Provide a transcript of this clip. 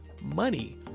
money